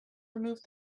removed